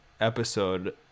episode